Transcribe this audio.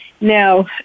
Now